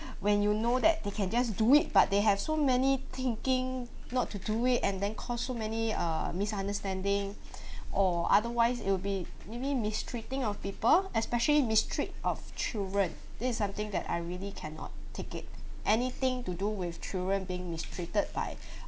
when you know that they can just do it but they have so many thinking not to do it and then cause so many uh misunderstanding or otherwise it will be maybe mistreating of people especially mistreat of children this is something that I really cannot take it anything to do with children being mistreated by